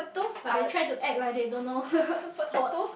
but they try to act like they don't know sport